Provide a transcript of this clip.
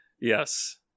yes